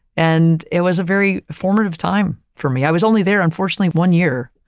and it was a very formative time for me. i was only there unfortunately, one year.